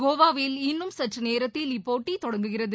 கோவாவில் இன்னும் சற்று நேரத்தில் இப்போட்டி தொடங்குகிறது